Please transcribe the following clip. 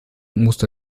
musste